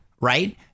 right